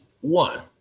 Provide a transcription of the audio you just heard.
One